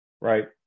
right